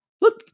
look